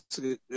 good